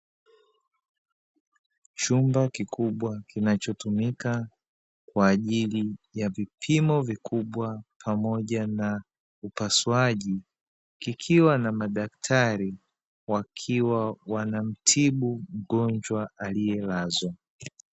Chumba kikubwa kinachotumika kwa ajili ya vipimo vikubwa pamoja na upasuaji, kikiwa na madaktari wakiwa wanamtibu mgonjwa aliyelazwa.